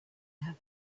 have